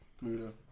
Muda